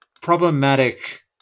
problematic